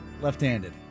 left-handed